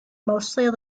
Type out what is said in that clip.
mostly